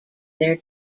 their